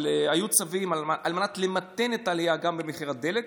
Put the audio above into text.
אבל היו צווים על מנת למתן את העלייה גם במחיר הדלק,